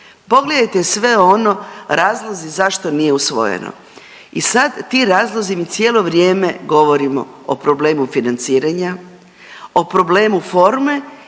Pogledajte sve ono razlozi zašto nije usvojeno i sad ti razlozi mi cijelo vrijeme govorimo o problemu financiranja, o problemu forme